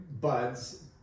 buds